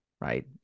right